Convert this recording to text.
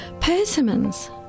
Persimmons